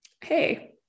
Hey